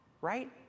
right